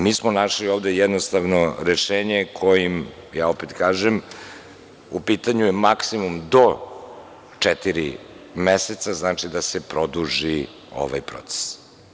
Mi smo našli ovde jednostavno rešenje kojim, ja opet kažem, u pitanju je maksimum do četiri meseca da se produži ovaj proces.